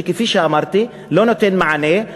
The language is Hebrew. שכפי שאמרתי לא נותן מענה,